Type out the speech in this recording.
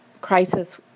crisis